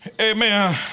amen